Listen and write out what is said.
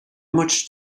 much